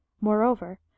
Moreover